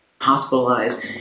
hospitalized